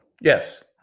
Yes